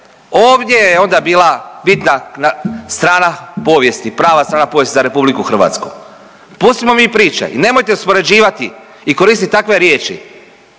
ovdje je onda bila bitna strana povijesti, prava strana povijesti za RH. Pustimo mi priče i nemojte uspoređivati i koristit takve riječi